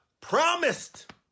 Promised